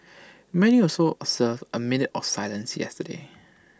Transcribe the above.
many also observed A minute of silence yesterday